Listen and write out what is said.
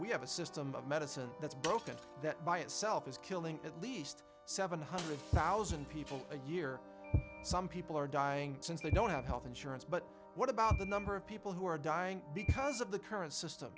we have a system of medicine that's broken by itself is killing at least seven hundred thousand people a year some people are dying since they don't have health insurance but what about the number of people who are dying because of the current system